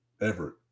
Everett